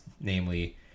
namely